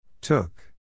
Took